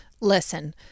Listen